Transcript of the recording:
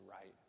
right